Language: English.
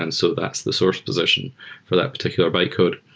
and so that's the source position for that particular bytecode.